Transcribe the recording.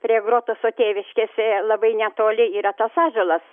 prie grotoso tėviškės labai netoli yra tas ąžuolas